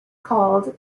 called